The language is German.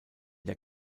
der